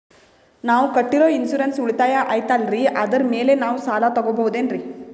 ನಾವು ಕಟ್ಟಿರೋ ಇನ್ಸೂರೆನ್ಸ್ ಉಳಿತಾಯ ಐತಾಲ್ರಿ ಅದರ ಮೇಲೆ ನಾವು ಸಾಲ ತಗೋಬಹುದೇನ್ರಿ?